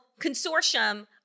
consortium